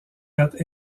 date